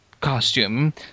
Costume